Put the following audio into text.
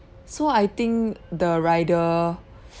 so I think the rider